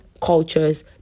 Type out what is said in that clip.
cultures